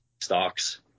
stocks